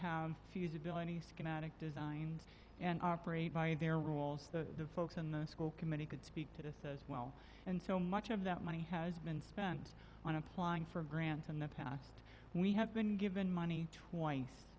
usability schematic designed and operate by their rules the folks in the school committee could speak to this as well and so much of that money has been spent on applying for grants in the past we have been given money twice